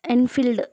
Enfield